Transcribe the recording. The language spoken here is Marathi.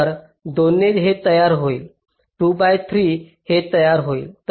तर 2 ने हे तयार होईल 2 बाय 3 हे तयार होईल